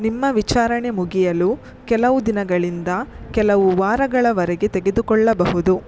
ನಿಮ್ಮ ವಿಚಾರಣೆ ಮುಗಿಯಲು ಕೆಲವು ದಿನಗಳಿಂದ ಕೆಲವು ವಾರಗಳವರೆಗೆ ತೆಗೆದುಕೊಳ್ಳಬಹುದು